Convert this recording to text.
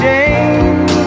Jane